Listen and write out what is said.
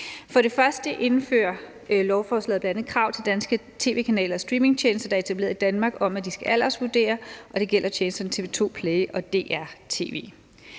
For det første indfører lovforslaget bl.a. krav til danske tv-kanalers streamingtjenester, der er etableret i Danmark, om, at de skal aldersvurdere, og det gælder tjenesterne TV 2 PLAY og DRTV.